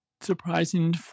surprising